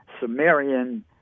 Sumerian